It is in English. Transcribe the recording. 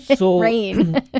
rain